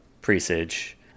presage